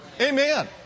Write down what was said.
Amen